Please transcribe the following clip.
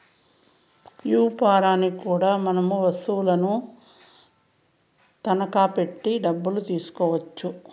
యాపారనికి కూడా మనం వత్తువులను తనఖా పెట్టి డబ్బు తీసుకోవచ్చు